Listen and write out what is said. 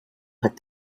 put